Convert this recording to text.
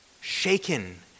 shaken